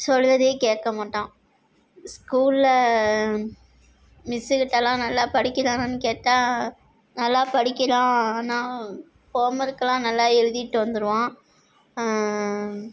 சொல்கிறதையே கேட்க மாட்டான் ஸ்கூலில் மிஸ்ஸு கிட்டலாம் நல்லா படிக்கிறானான்னு கேட்டால் நல்லா படிக்கிறான் ஆனால் ஹோம் ஒர்க்லாம் நல்லா எழுதிகிட்டு வந்துடுவான்